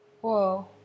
Whoa